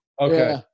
Okay